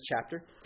chapter